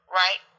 right